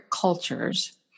cultures